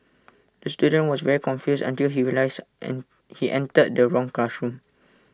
the student was very confused until he realised he entered the wrong classroom